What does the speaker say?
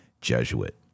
Jesuit